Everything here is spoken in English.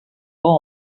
form